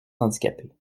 handicapées